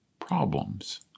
problems